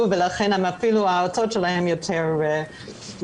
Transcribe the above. ולכן אפילו הוצאות המחיה שלהם יותר משמעותיות.